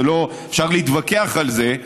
אפשר להתווכח על זה.